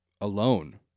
alone